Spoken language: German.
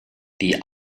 die